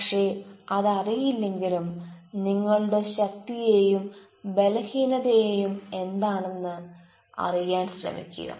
പക്ഷെ അത് അറിയില്ലെങ്കിലും നിങ്ങളുടെ ശക്തിയെയും ബലഹീനതയെയും എന്താണെന്ന് അറിയാൻ ശ്രമിക്കുക